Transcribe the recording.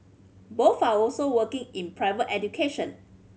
both are also working in private education